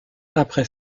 après